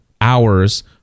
hours